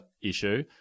issue